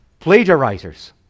Plagiarizers